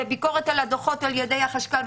לביקורת על הדוחות על ידי החשב הכללי